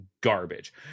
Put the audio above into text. garbage